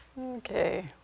okay